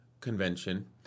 convention